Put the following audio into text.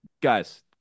Guys